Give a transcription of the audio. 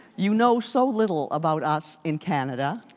you know so little about us in canada.